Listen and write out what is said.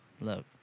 Look